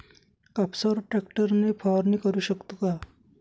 कापसावर ट्रॅक्टर ने फवारणी करु शकतो का?